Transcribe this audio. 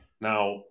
Now